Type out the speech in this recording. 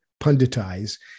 punditize